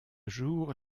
jour